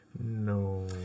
No